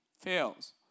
fails